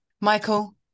Michael